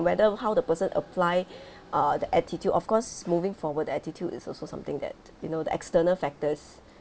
whether how the person apply uh the attitude of course moving forward the attitude is also something that you know the external factors